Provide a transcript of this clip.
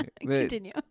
Continue